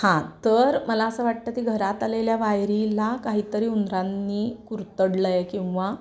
हां तर मला असं वाटतं की घरात आलेल्या वायरीला काहीतरी उंदरांनी कुरतडलंय किंवा